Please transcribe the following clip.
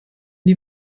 die